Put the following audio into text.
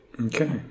Okay